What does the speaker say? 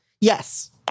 Yes